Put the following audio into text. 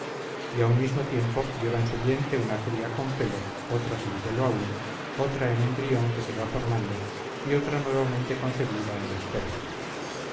a un mismo tiempo lleva en su vientre una cría con pelo otra sin pelo aun otra en embrión que se va formando y otra nuevamente concebida en esperma